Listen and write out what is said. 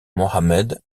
mohamed